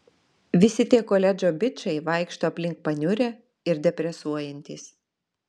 visi tie koledžo bičai vaikšto aplink paniurę ir depresuojantys